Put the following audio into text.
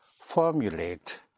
formulate